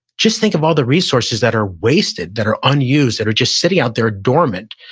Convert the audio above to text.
just think of all the resources that are wasted, that are unused, that are just sitting out there dormant,